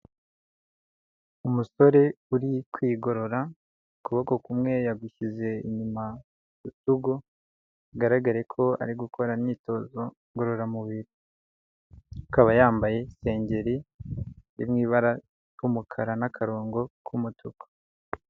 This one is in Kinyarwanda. Umusore uri kwigorora ukuboko kumwe yagushyize inyuma kurutugu bigaragara ko ari gukora imyitozo ngororamubiri, akaba yambaye iseringeri iri mu ibara ry'umukara n'akarongo k'umutuku.